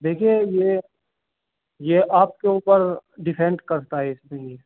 دیکھیے یہ یہ آپ کے اوپر ڈیپینڈ کرتا ہے جی